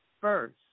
First